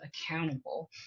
accountable